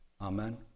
Amen